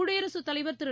குடியரசுத் தலைவர் திரு